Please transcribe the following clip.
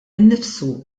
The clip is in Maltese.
innifsu